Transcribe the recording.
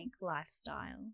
lifestyle